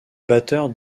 batteur